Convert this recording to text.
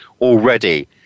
already